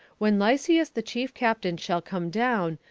when lysias the chief captain shall come down,